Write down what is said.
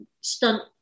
stunt